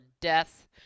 death